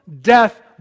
death